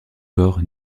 corps